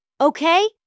Okay